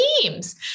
teams